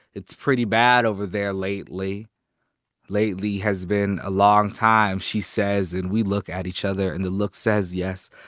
it's pretty bad over there lately lately has been a long time she says and we look at each other and the look says yes,